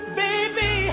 baby